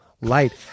Light